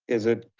is it,